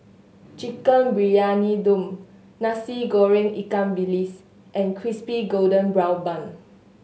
Chicken Briyani Dum Nasi Goreng ikan bilis and Crispy Golden Brown Bun